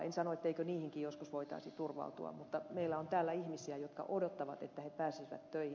en sano etteikö niihinkin joskus voitaisi turvautua mutta meillä on täällä ihmisiä jotka odottavat että he pääsisivät töihin